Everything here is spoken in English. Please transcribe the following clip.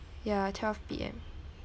ya twelve P_M